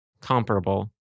comparable